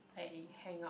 I hang up